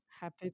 happy